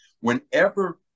whenever